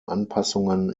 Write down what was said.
anpassungen